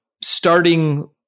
starting